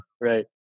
right